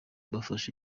bafashe